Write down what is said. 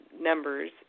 numbers